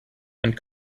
and